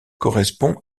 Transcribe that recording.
correspond